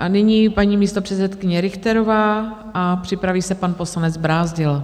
Nyní paní místopředsedkyně Richterová a připraví se pan poslanec Brázdil.